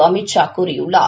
அமித்ஷா கூறியுள்ளார்